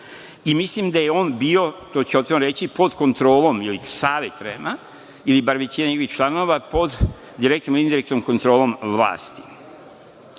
Mislim da je on bio, to ću otvoreno reći, pod kontrolom, ili Savet REM-a, ili bar većina njihovih članova pod direktnom ili indirektnom kontrolom vlasti.